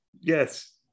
Yes